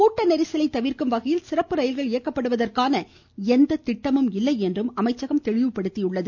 கூட்ட நெரிசலை தவிர்க்கும் வகையில் சிறப்பு ரயில்கள் இயக்கப்படுவதற்கான ளந்த திட்டமும் இல்லை எனவும் அமைச்சகம் தெளிவுபடுத்தியுள்ளது